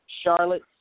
Charlotte